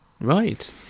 Right